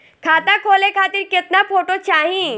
खाता खोले खातिर केतना फोटो चाहीं?